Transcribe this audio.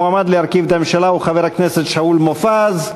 המועמד להרכיב את הממשלה הוא חבר הכנסת שאול מופז.